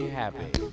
happy